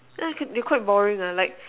they quite boring ah yeah like